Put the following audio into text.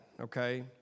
okay